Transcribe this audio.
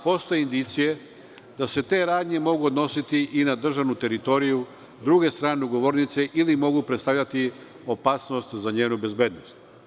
Postoje indicije da se te radnje mogu odnositi i na državnu teritoriju druge strane ugovornice ili mogu predstavljati opasnost za njenu bezbednost.